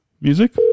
Music